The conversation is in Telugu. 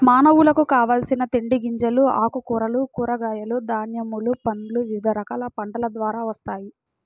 మానవులకు కావలసిన తిండి గింజలు, ఆకుకూరలు, కూరగాయలు, ధాన్యములు, పండ్లు వివిధ రకాల పంటల ద్వారా వస్తాయి